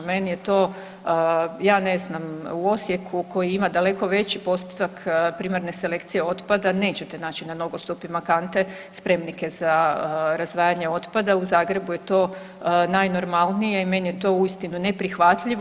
Meni je to ja ne znam u Osijeku koji ima daleko veći postotak primarne selekcije otpada nećete naći na nogostupima kante, spremnike za razdvajanje otpada u Zagrebu je to najnormalnije i meni je to uistinu neprihvatljivo.